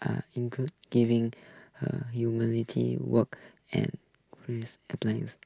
are include giving her work and